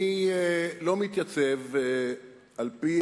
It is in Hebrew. אני לא מתייצב, על-פי